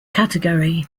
category